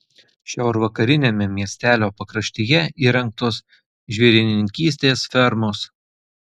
šiaurvakariniame miestelio pakraštyje įrengtos žvėrininkystės fermos